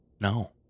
No